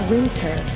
Winter